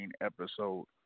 episode